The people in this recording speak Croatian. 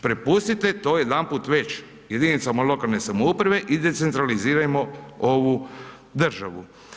Prepustite to jedanput već jedinicama lokalne samouprave i decentralizirajmo ovu državu.